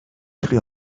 plus